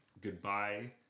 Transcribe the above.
goodbye